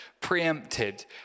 preempted